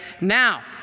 now